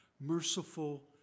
Merciful